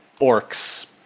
orcs